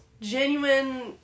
genuine